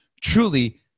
truly